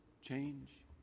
change